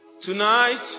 tonight